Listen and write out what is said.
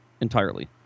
entirely